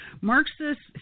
Marxists